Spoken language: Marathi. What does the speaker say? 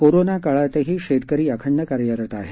कोरोना काळातही शेतकरी अखंड कार्यरत आहे